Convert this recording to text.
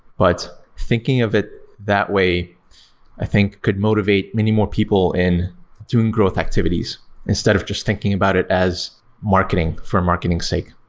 but thinking of it that way i think could motivate many more people in doing growth activities instead of just thinking about it as marketing for marketing sake.